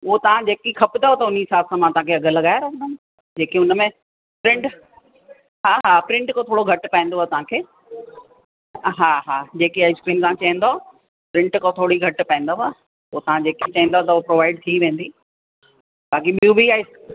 उहो तव्हां जेकी खपंदव त हुनी हिसाबु सां अघु लॻाए रखंदई जेके हुन में प्रिंट हा हा प्रिंट खां थोरो घटि पवंदव तव्हांखे हा हा जेके आईस्क्रीम तव्हां चयंदव प्रिंट खां थोरी घटि पवंदव पोइ तव्हां जेकी चवंदव त उहो प्रोवाइड थी वेंदी बाक़ी ॿियूं बि आईस